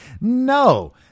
no